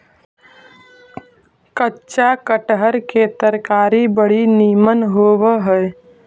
कच्चा कटहर के तरकारी बड़ी निमन होब हई